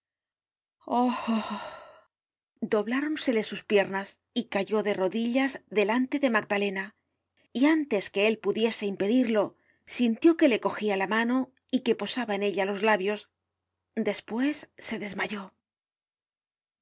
dobláronse sus piernas y cayó de rodillas delante de magdalena y antes que él pudiese impedirlo sintió que le cogia la mano y posaba en ella los labios despues se desmayó